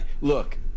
look